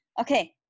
Okay